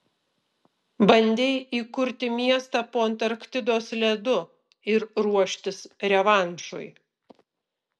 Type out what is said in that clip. bandei įkurti miestą po antarktidos ledu ir ruoštis revanšui